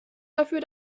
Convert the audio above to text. dafür